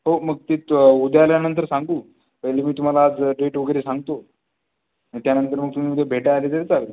हो मग तेच उद्या आल्यानंतर सांगू पहिले मी तुम्हाला ज डेट वगैरे सांगतो अन् त्यानंतर मग तुम्ही उद्या भेटायला आले तरी चालेल